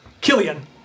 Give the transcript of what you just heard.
Killian